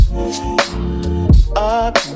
up